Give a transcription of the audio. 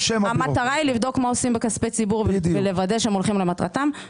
המטרה היא לבדוק מה עושים בכספי ציבור ולוודא שהם הולכים למטרתם.